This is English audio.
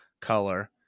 color